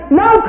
no